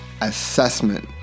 assessment